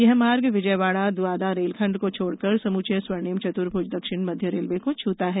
यह मार्ग विजयवाडा द्वादा रेलखंड को छोड़कर समूचे स्वर्णिम चतुर्भुज दक्षिणी मध्य रेलवे को छूता है